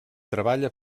treballa